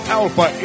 alpha